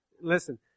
Listen